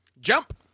Jump